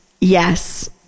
Yes